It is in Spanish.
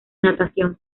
natación